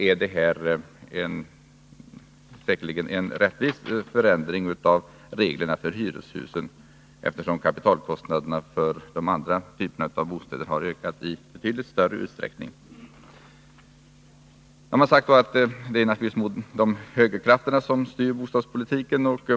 Med hänsyn till det och eftersom kapitalkostnaderna för småhusen har ökat i betydligt större utsträckning är det nu föreslagna säkerligen en rättvis förändring av reglerna för hyreshusen. Här har sagts att det är högerkrafterna som styr bostadspolitiken.